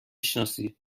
شناسی